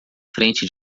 frente